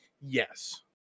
Yes